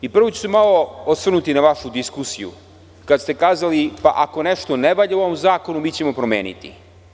Prvo ću se malo osvrnuti na vašu diskusiju kada ste kazali da ako nešto ne valja u ovom zakonu, mi ćemo promeniti.